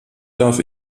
darf